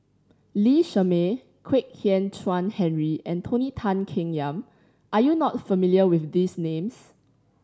Lee Shermay Kwek Hian Chuan Henry and Tony Tan Keng Yam are you not familiar with these names